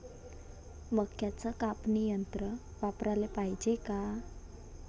मक्क्याचं कापनी यंत्र वापराले पायजे का?